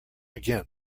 again